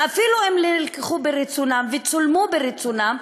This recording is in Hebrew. ואפילו אם נלקחו מרצונן וצולמו מרצונן,